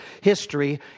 history